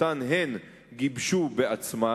שהן גיבשו בעצמן.